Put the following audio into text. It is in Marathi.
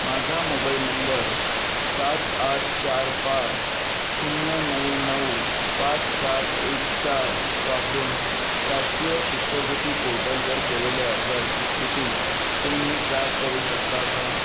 माझा मोबाईल नंबर सात आठ चार पाच शून्य नऊ नऊ पाच सात एक चार वापरून राष्ट्रीय शिष्यवृत्ती पोर्टलवर केलेल्या अर्जाची स्थिती तुम्ही ट्रॅक करू शकता का